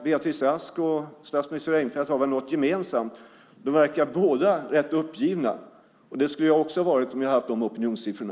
Beatrice Ask och statsministern Reinfeldt har någonting gemensamt: De verkar båda rätt uppgivna. Det skulle jag också ha varit om jag haft de opinionssiffrorna.